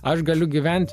aš galiu gyvent